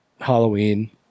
Halloween